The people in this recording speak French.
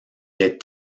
est